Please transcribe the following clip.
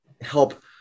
help